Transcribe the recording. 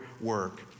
work